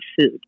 food